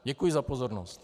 Děkuji za pozornost.